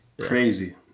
Crazy